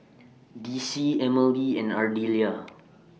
Dicie Emmalee and Ardelia